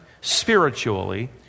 spiritually